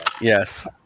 yes